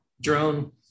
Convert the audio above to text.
drone